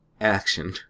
Action